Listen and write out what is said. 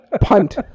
Punt